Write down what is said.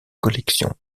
collections